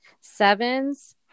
sevens